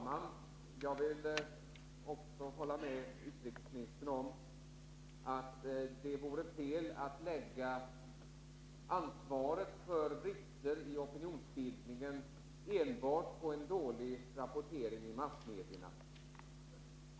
Herr talman! Jag håller med utrikesministern om att det vore fel att lägga ansvaret för brister i opinionsbildningen enbart på en dålig rapportering i massmedierna.